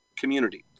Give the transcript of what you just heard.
community